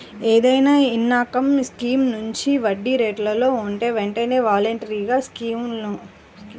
ఏదైనా income scheme మంచి వడ్డీరేట్లలో ఉంటే వెంటనే వాలంటరీగా స్కీముని క్లోజ్ చేసుకోవచ్చు